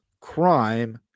crime